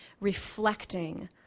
reflecting